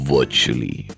Virtually